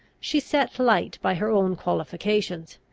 she set light by her own qualifications,